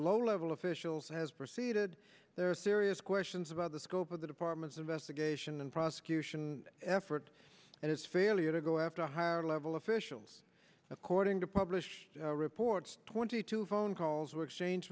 low level officials has proceeded there are serious questions about the scope of the department's investigation and prosecution effort and its failure to go after a higher level officials according to published reports twenty two phone calls were exchange